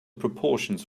proportions